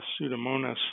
pseudomonas